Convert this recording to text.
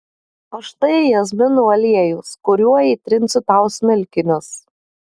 o štai jazminų aliejus kuriuo įtrinsiu tau smilkinius